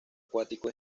acuático